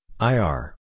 IR